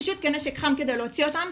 פשוט כנשק חם כדי להוציא אותם.